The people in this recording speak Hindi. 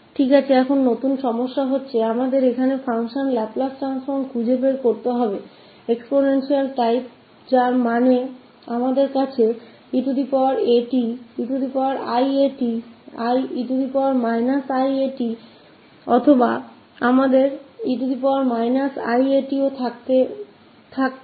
ठीक है नयी समस्या की तरफ चलते है हमें चाहिए लाप्लास ट्रांसफॉर्म फंक्शन्स का exponential प्रकार का मतलब हमारे पास है 𝑒𝑎𝑡 𝑒𝑖𝑎𝑡 𝑒−𝑖𝑎𝑡 या हमारे पास 𝑒−𝑎𝑡 हो सकता है